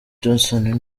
johnson